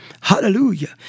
Hallelujah